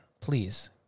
please